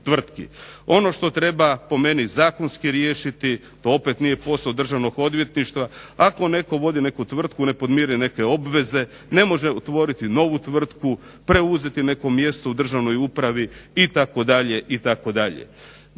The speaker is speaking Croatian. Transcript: Ono što treba po meni zakonski riješiti, to opet nije posao Državnog odvjetništva, ako netko vodi neku tvrtku ne podmiri neke obveze, ne može otvoriti novu tvrtku, preuzeti neko mjesto u državnoj upravi itd.